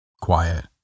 quiet